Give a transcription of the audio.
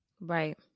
Right